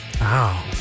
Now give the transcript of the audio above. Wow